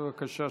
בבקשה.